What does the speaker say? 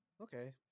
Okay